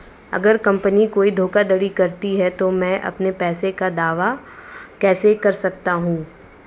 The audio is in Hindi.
अगर कंपनी कोई धोखाधड़ी करती है तो मैं अपने पैसे का दावा कैसे कर सकता हूं?